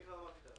אני כבר --- אמרת.